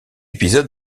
épisode